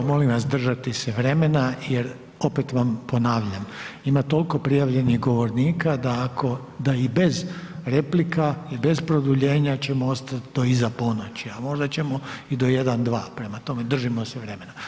Hajdmo molim vas držati se vremena jer opet vam ponavljam ima toliko prijavljenih govornika da ako, da i bez replika i bez produljenja ćemo ostati do iza ponoći, a možda ćemo i do 1, 2. Prema tome, držimo se vremena.